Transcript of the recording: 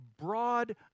broad